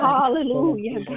Hallelujah